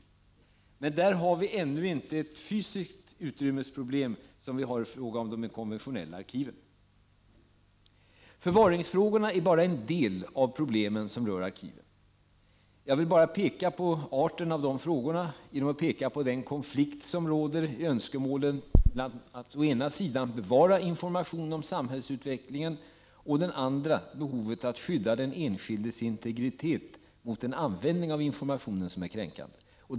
I det avseendet har vi ännu inte ett fysiskt utrymmesproblem såsom vi har i fråga om de konventionella arkiven. Förvaringsfrågorna är bara en del av de problem som rör arkiven. Jag vill endast kort antyda arten av de frågorna genom att peka på den konflikt som kan ligga i önskemålen mellan att å ena sidan bevara information om samhällsutvecklingen, å andra sidan behovet av att skydda den enskildes integritet mot en användning av informationen som är kränkande.